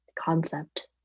concept